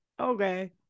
okay